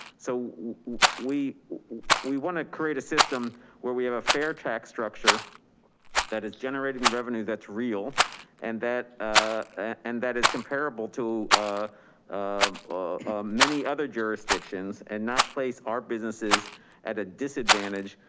so we we wanna create a system where we have a fair tax structure that is generating revenue that's real and that and that is comparable to many other jurisdictions and not place our businesses at a disadvantage,